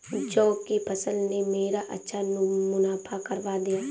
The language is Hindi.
जौ की फसल ने मेरा अच्छा मुनाफा करवा दिया